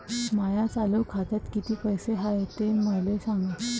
माया चालू खात्यात किती पैसे हाय ते मले सांगा